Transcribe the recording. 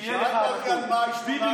שאלת אותי על מאי 2018,